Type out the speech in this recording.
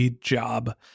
job